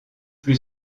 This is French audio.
plus